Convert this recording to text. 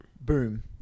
boom